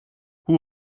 who